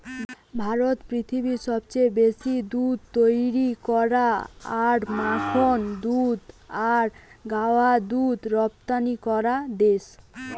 ভারত পৃথিবীর সবচেয়ে বেশি দুধ তৈরী করা আর মাখন দুধ আর গুঁড়া দুধ রপ্তানি করা দেশ